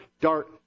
dart